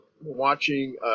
watching